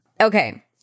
Okay